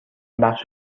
بخش